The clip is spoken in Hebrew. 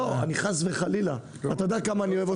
חס וחלילה, אתה יודע כמה אני אוהב אותך.